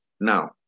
Now